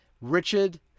Richard